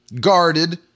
guarded